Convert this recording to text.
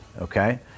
Okay